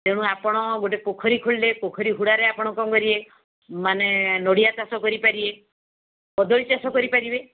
ତେଣୁ ଆପଣ ଗୋଟେ ପୋଖରୀ ଖୋଳିଲେ ପୋଖରୀ ହୁଡ଼ାରେ ଆପଣ କ'ଣ କରିବେ ମାନେ ନଡ଼ିଆ ଚାଷ କରିପାରିବେ କଦଳୀ ଚାଷ କରିପାରିବେ